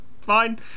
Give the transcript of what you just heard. fine